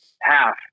half